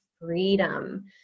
freedom